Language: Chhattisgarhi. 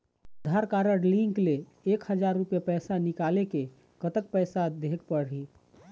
आधार कारड लिंक ले एक हजार रुपया पैसा निकाले ले कतक पैसा देहेक पड़ही?